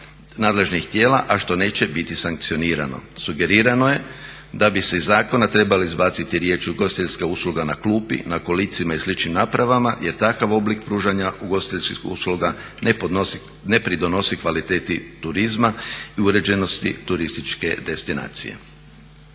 nadležnih tijela a što neće biti sankcionirano. Sugerirano je da bi se iz zakona trebale izbaciti riječi ugostiteljska usluga na klupi, na kolicima i sličnim napravama jer takav oblik pružanja ugostiteljskih usluga ne pridonosi kvaliteti turizma i uređenosti turističke destinacije.